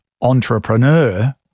entrepreneur